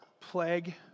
plague